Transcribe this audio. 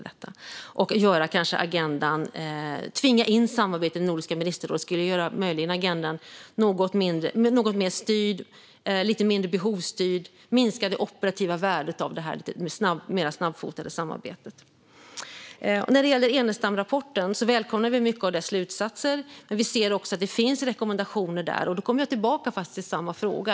Att tvinga in det nordiska samarbetet i det nordiska ministerrådet skulle möjligen göra agendan något mer styrd och lite mindre behovsstyrd. Det operativa värdet av ett mer snabbfotat samarbete skulle kanske minska av en ny form. Vi välkomnar många av Enestamrapportens slutsatser, men vi ser att det finns rekommendationer om nya strukturer. Därmed kommer jag tillbaka till samma fråga.